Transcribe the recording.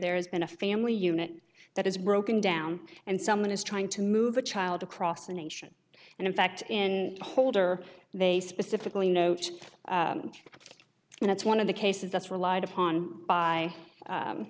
there has been a family unit that has broken down and someone is trying to move a child across the nation and in fact in holder they specifically note and it's one of the cases that's relied upon by